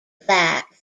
black